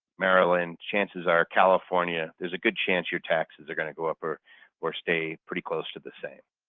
maryland, chances are, california, there's a good chance your taxes are going to go up, or or stay pretty close to the same.